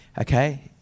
okay